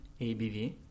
ABV